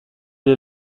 est